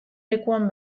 lekuan